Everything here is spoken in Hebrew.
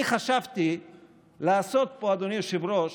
אני חשבתי לעשות פה, אדוני היושב-ראש,